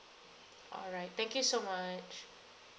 all right thank you so much